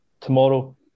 tomorrow